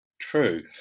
true